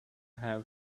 how